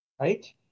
right